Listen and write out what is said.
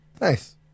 Nice